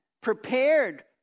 prepared